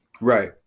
Right